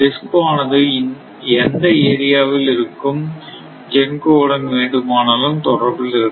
DISCO ஆனது எந்த ஏரியாவில் இருக்கும் GENCO உடன் வேண்டுமானாலும் தொடர்பில் இருக்கலாம்